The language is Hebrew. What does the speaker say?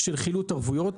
של חילוט ערבויות,